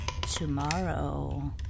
tomorrow